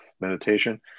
meditation